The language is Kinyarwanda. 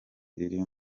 iri